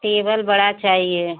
table बड़ा चाहिए